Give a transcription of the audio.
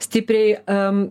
stipriai am